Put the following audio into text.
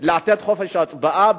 לתת חופש הצבעה,